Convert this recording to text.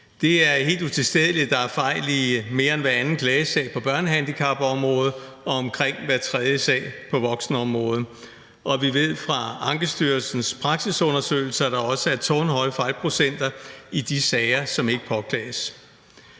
Det er helt utilstedeligt, at der er fejl i mere end hver anden klagesag på børnehandicapområdet og i omkring hver tredje sag på voksenområdet. Vi ved fra Ankestyrelsens praksisundersøgelser, at der også er tårnhøje fejlprocenter i de sager, som ikke påklages.